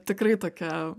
tikrai tokia